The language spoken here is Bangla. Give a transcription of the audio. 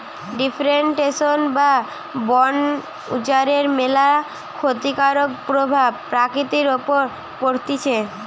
ডিফরেস্টেশন বা বন উজাড়ের ম্যালা ক্ষতিকারক প্রভাব প্রকৃতির উপর পড়তিছে